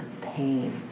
pain